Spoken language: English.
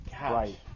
Right